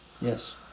Yes